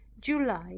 july